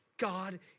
God